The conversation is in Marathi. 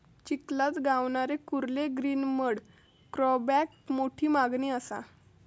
चिखलात गावणारे कुर्ले ग्रीन मड क्रॅबाक मोठी मागणी असा